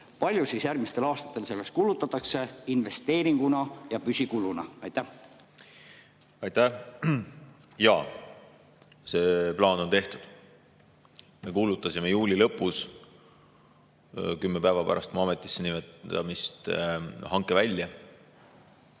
palju siis järgmistel aastatel selleks kulutatakse investeeringuna ja püsikuluna? Aitäh! Jaa, see plaan on tehtud. Me kuulutasime juuli lõpus kümme päeva pärast mu ametisse nimetamist hanke välja.